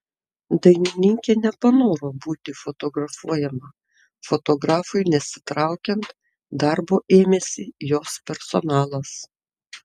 dainininkė nepanoro būti fotografuojama fotografui nesitraukiant darbo ėmėsi jos personalas